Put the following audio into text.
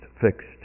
fixed